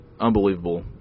unbelievable